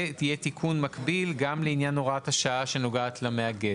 ויהיה תיקון מקביל גם לעניין הוראת השנה שנוגעת למאגד.